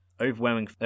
Overwhelming